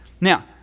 Now